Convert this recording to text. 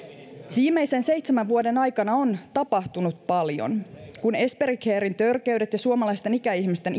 viimeisen seitsemän vuoden aikana on tapahtunut paljon kun esperi caren törkeydet ja suomalaisten ikäihmisten